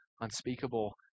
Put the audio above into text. unspeakable